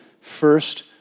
first